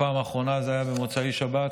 הפעם האחרונה הייתה במוצאי שבת,